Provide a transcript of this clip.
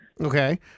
Okay